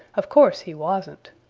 of course he wasn't.